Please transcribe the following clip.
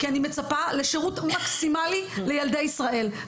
כי אני מצפה לשירות מקסימלי לילדי ישראל.